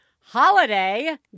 holiday